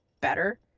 better